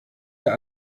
ihr